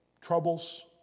troubles